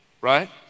right